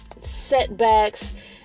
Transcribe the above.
setbacks